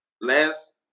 Last